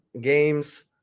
games